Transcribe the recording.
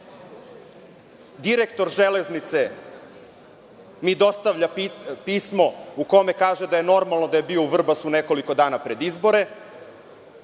Direktor „Železnice“ mi dostavlja pismo u kome kaže da je normalno da je bio u Vrbasu nekoliko dana pred izbore.